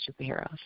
superheroes